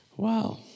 Wow